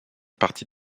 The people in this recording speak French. partie